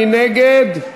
מי נגד?